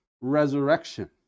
resurrection